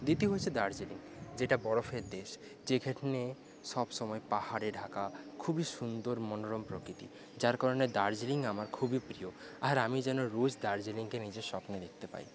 দ্বিতীয় হচ্ছে দার্জিলিং যেটা বরফের দেশ যেখানে সবসময় পাহাড়ে ঢাকা খুবই সুন্দর মনোরম প্রকৃতি যার কারণে দার্জিলিং আমার খুবই প্রিয় আর আমি যেন রোজ দার্জিলিংকে নিজের স্বপ্নে দেখতে পাই